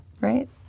right